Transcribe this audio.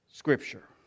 scripture